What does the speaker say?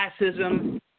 Classism